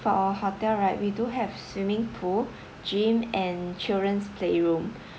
for hotel right we do have swimming pool gym and children's playroom